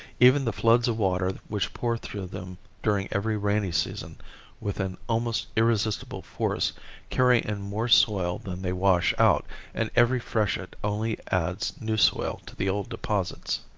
even the floods of water which pour through them during every rainy season with an almost irresistible force carry in more soil than they wash out and every freshet only adds new soil to the old deposits.